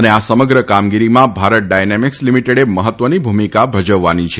અને આ સમગ્ર કામગીરીમાં ભારત ડાયનેમિકસ લીમીટેડે મહત્વની ભૂમિકા ભજવવાની છે